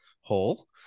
hole